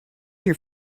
your